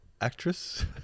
actress